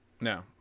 no